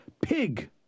Pig